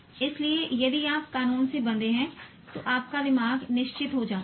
इसलिए यदि आप कानून से बंधे हैं तो आपका दिमाग निश्चित हो जाता है